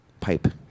pipe